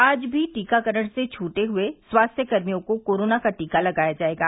आज भी टीकाकरण से छटे हए स्वास्थ्य कर्मियों को कोरोना का टीका लगाया जायेगा